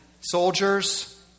soldiers